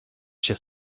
się